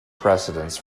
precedence